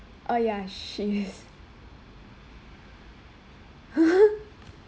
uh ya she is